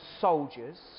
soldiers